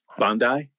Bandai